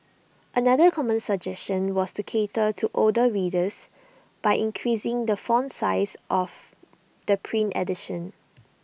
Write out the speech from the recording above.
another common suggestion was to cater to older readers by increasing the font size of the print edition